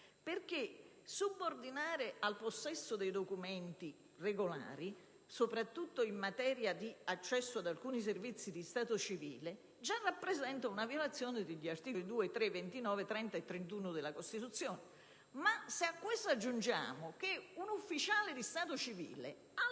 Perché subordinare al possesso di documenti regolari, soprattutto in materia di accesso ad alcuni servizi di stato civile, già rappresenta una violazione degli articoli 2, 3, 29, 30 e 31 della Costituzione; se a questo aggiungiamo che un ufficiale di stato civile ha